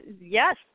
yes